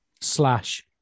slash